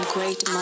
Great